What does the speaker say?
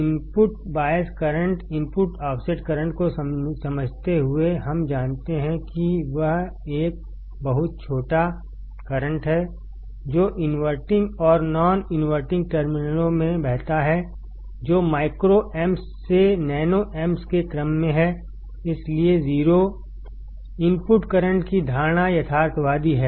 input bias current input offset current को समझते हुए हम जानते हैं कि वह एक बहुत छोटा करंट है जो इनवर्टिंग और नॉन इनवर्टिंग टर्मिनलों में बहता हैजो माइक्रो एम्पस से नैनो एम्पस के क्रम में है इसलिए 0 इनपुट करंट की धारणा यथार्थवादी है